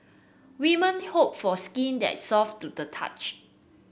women hope for a skin that is soft to the touch